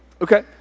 Okay